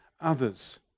others